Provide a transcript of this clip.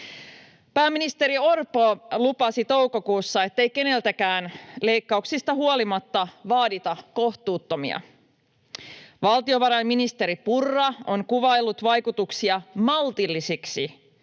Pääministeri Orpo lupasi toukokuussa, ettei keneltäkään leikkauksista huolimatta vaadita kohtuuttomia. Valtiovarainministeri Purra on kuvaillut vaikutuksia ”maltillisiksi”,